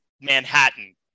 Manhattan